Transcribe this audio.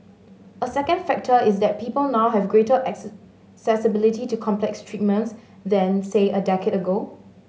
a second factor is that people now have greater accessibility to complex treatments than say a decade ago